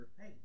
hey